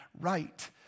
right